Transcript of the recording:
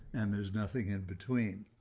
and there's nothing in between.